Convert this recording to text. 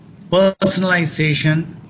personalization